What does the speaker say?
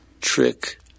trick